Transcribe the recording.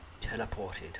teleported